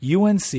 UNC